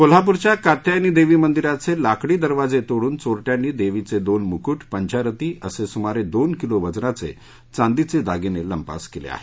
कोल्हापुरच्या कात्यायनी देवी मंदिराचे लाकडी दरवाजे तोडून चोरट्यांनी देवीचे दोन मुकुट पंचारती असे सुमारे दोन किलो वजनाचे चांदीचे दागिने लंपास केले आहेत